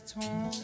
torn